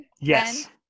Yes